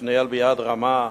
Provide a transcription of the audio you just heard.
אשר ניהל ביד רמה,